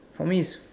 for me is